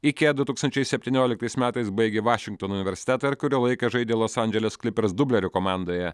ikea du tūkstančiai septynioliktais metais baigė vašingtono universitetą ir kurį laiką žaidė los andžele sklipers dublerių komandoje